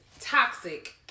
toxic